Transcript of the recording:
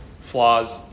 flaws